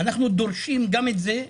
אנחנו דורשים גם את זה,